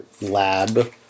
lab